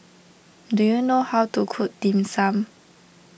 do you know how to cook Dim Sum